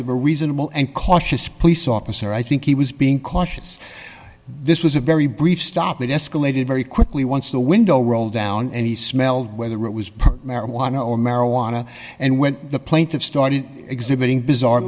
of a reasonable and cautious police officer i think he was being cautious this was a very brief stop it escalated very quickly once the window rolled down and he smelled whether it was marijuana or marijuana and when the plaintiff started exhibiting bizarre